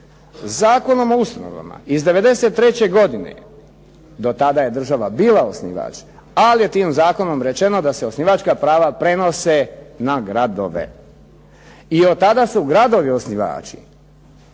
Zakonom o ustanovama iz 93. godine do tada je država bila osnivač ali je tim Zakonom rečeno da se osnivačka prava prenose na gradove i od tada su gradovi osnivači.